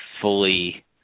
fully